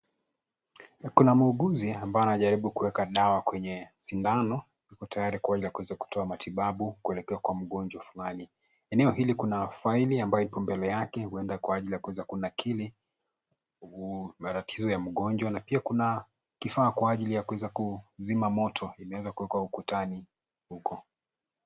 Kuna muuguzi ambaye anajaribu kuweka dawa kwenye sindano. Ako tayari kuweza kutoa matibabu kuelekea kwa mgonjwa mahali. Eneo hili kuna faili ambayo iko mbele yake, huenda kwa ajili ya kuweza kunakiri matatizo ya mgonjwa na pia kuna kifaa kwa ajili ya kuweza kuzima moto imeweza kuwekwa ukutani huko.